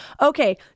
Okay